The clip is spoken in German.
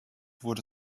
wurde